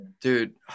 Dude